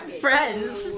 Friends